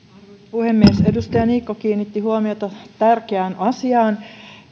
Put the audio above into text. puhemies edustaja niikko kiinnitti huomiota tärkeään asiaan